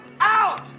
out